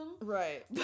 Right